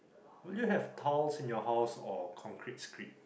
would you have tiles in your house or concrete screed